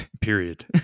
period